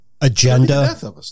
Agenda